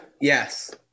yes